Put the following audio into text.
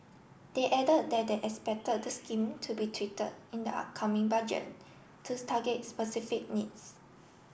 they added that they expect the scheme to be tweeted in the upcoming budget to target specific needs